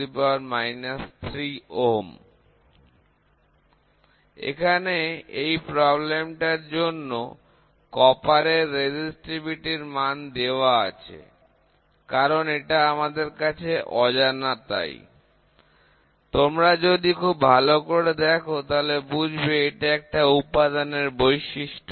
08 × 10 3 Ω এখানে এই সমস্যাটার জন্য তামার প্রতিরোধ ক্ষমতার মান দেওয়া আছে কারণ এটা আমাদের কাছে অজানা তাই তোমরা যদি খুব ভালো করে দেখো তাহলে বুঝবে এটা একটা উপাদানের বৈশিষ্ট্য